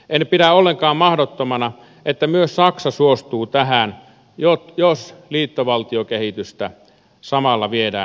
en pidä ollenkaan mahdottomana että myös saksa suostuu tähän jos liittovaltiokehitystä samalla viedään eteenpäin